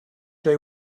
they